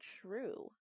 true